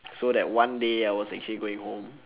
so that one day I was actually going home